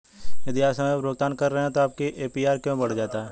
यदि आप समय पर भुगतान कर रहे हैं तो आपका ए.पी.आर क्यों बढ़ जाता है?